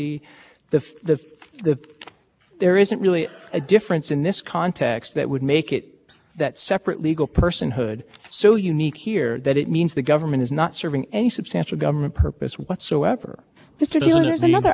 you're already negotiating you the contractor only occurred if you're already negotiating for or under a contract isn't that a kind of under inclusiveness that also really undercuts the congressional interest in combating corruption